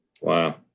Wow